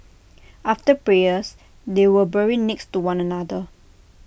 after prayers they were buried next to one another